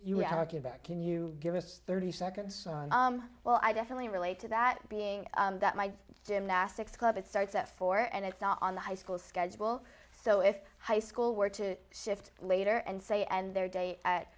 about can you give us thirty seconds well i definitely relate to that being that my gymnastics club it starts at four and it's on the high school schedule so if high school were to shift later and say and their day at